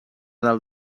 del